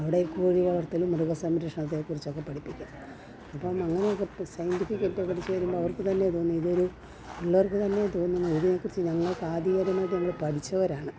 അവിടെ ഈ കോഴി വളർത്തലും മൃഗസംരക്ഷണത്തിനെ കുറിച്ചൊക്കെ പഠിപ്പിക്കും അപ്പോൾ അങ്ങനെയൊക്കെ സയൻ്റിഫിക്കറ്റ് പഠിച്ച് വരുമ്പോൾ അവർക്ക് തന്നെ തോന്നും ഇതൊരു പിള്ളേർക്ക് തന്നയെ തോന്നും ഇതേക്കുറിച്ച് ഞങ്ങൾക്ക് ആധികാരികമായിട്ട് ഞങ്ങൾ പഠിച്ചവരാണ്